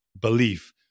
belief